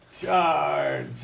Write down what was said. Charge